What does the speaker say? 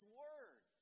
word